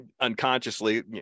unconsciously